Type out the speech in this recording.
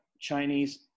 Chinese